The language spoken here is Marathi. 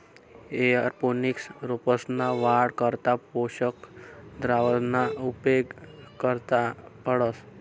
एअरोपोनिक्स रोपंसना वाढ करता पोषक द्रावणना उपेग करना पडस